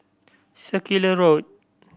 Circular Road